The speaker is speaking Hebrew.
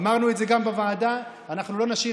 אמרנו את זה גם בוועדה: אנחנו לא נשאיר